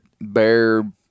bear